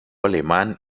alemán